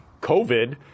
COVID